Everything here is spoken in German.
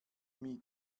mit